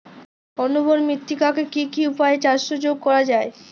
অনুর্বর মৃত্তিকাকে কি কি উপায়ে চাষযোগ্য করা যায়?